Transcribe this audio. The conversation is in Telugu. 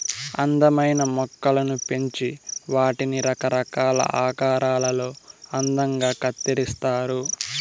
అందమైన మొక్కలను పెంచి వాటిని రకరకాల ఆకారాలలో అందంగా కత్తిరిస్తారు